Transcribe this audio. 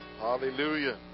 Hallelujah